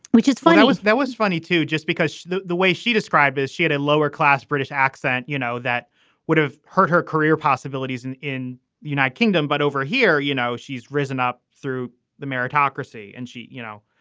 which is fine i was that was funny, too, just because the the way she described this, she had a lower class british accent. you know, that would have hurt her career possibilities in the united kingdom. but over here, you know, she's risen up through the meritocracy and she you know,